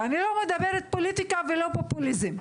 ואני לא מדברת פוליטיקה ולא פופוליזם,